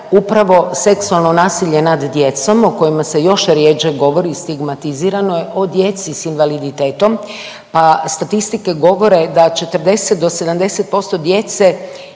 upravo seksualno nasilje nad djecom o kojem se još rjeđe govori i stigmatizirano je o djeci s invaliditetom. Pa statistike govore da 40 do 70% djece